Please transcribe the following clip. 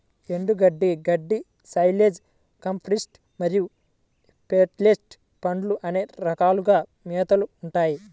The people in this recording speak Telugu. ఎండుగడ్డి, గడ్డి, సైలేజ్, కంప్రెస్డ్ మరియు పెల్లెట్ ఫీడ్లు అనే రకాలుగా మేతలు ఉంటాయి